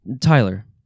Tyler